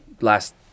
last